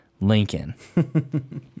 lincoln